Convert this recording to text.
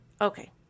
Okay